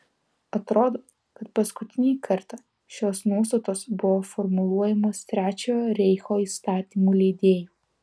atrodo kad paskutinį kartą šios nuostatos buvo formuluojamos trečiojo reicho įstatymų leidėjų